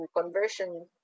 conversion